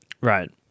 Right